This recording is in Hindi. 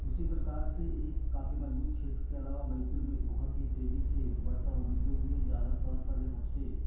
उसी प्रकार से एक काफ़ी मज़बूत क्षेत्र के अलावा बैतूल में एक बहुत ही तेजी से बढ़ता हुआ अन्न उद्योग भी है ज़ाहिर तौर पर यह सबसे